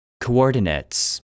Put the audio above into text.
Coordinates